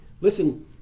Listen